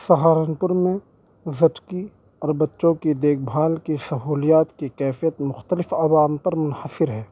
سہارنپور میں زچگی اور بچوں کی دیکھ بھال کی شہولیات کی کیفیت مختلف عوام پر منحصر ہے